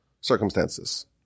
circumstances